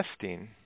testing